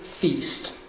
feast